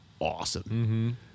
awesome